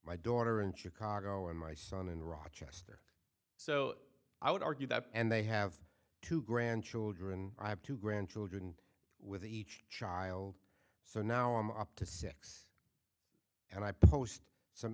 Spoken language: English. my daughter in chicago and my son in rochester so i would argue that and they have two grandchildren i have two grandchildren with each child so now i'm up to six and i post some